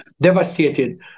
devastated